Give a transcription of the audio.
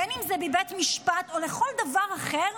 בין אם זה בבית משפט או לכל דבר אחר,